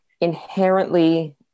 inherently